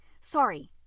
Sorry